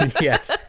Yes